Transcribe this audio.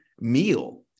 meal